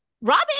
Robin